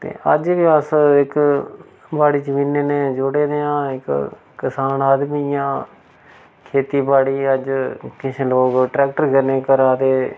ते अज्ज बी अस इक बाड़ी जमीने नै जुड़े ने आं इक किसान आदमी आं खेती बाड़ी अज्ज किश लोग ट्रैक्टर कन्नै करा दे